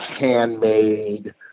handmade